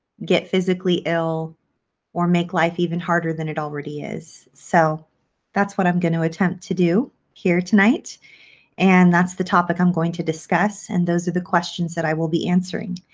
get physically ill or make life even harder than it already is. so that's what i'm going to attempt to do here tonight and that's the topic i'm going to discuss and those are the questions that i will be answering.